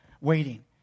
waiting